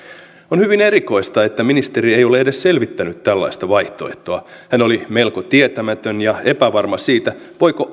on hyvin erikoista että ministeri ei ole edes selvittänyt tällaista vaihtoehtoa hän oli melko tietämätön ja epävarma siitä voiko